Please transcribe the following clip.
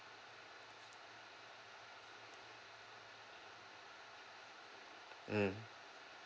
mm